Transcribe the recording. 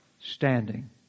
standing